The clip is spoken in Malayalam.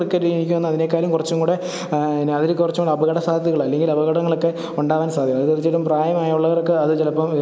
ക്രിക്കറ്റിലെനിക്ക് തോന്നുന്നത് അതിനേക്കാളും കുറച്ചും കൂടെ എന്ന അതിൽ കുറച്ചും കൂടെ അപകടസാധ്യതകൾ ഇല്ലെങ്കിൽ അപകടങ്ങളക്കെ ഉണ്ടാവാൻ സാധ്യതയാ അത് ചിലപ്പം പ്രായമായുള്ളവരൊക്കെ അത് ചിലപ്പം